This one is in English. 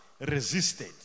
Resisted